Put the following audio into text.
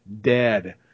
dead